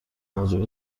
موجب